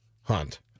Hunt